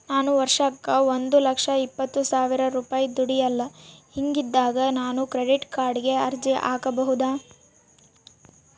ನಾನು ವರ್ಷಕ್ಕ ಒಂದು ಲಕ್ಷ ಇಪ್ಪತ್ತು ಸಾವಿರ ರೂಪಾಯಿ ದುಡಿಯಲ್ಲ ಹಿಂಗಿದ್ದಾಗ ನಾನು ಕ್ರೆಡಿಟ್ ಕಾರ್ಡಿಗೆ ಅರ್ಜಿ ಹಾಕಬಹುದಾ?